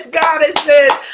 goddesses